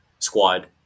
squad